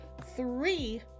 three